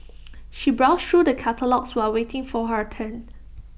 she browsed through the catalogues while waiting for her turn